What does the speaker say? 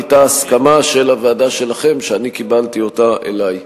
היתה הסכמה של הוועדה שלכם, שאני קיבלתי אותה אלי,